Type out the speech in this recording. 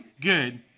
good